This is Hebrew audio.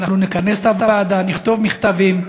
אנחנו נכנס את השדולה, נכתוב מכתבים,